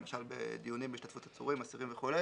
למשל, בדיונים בהשתתפות עצורים, אסירים וכו',